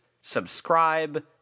subscribe